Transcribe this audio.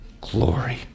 glory